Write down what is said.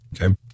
Okay